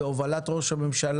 לטפל בו בהובלת ראש הממשלה,